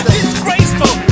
disgraceful